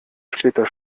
später